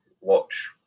watch